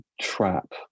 trap